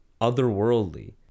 otherworldly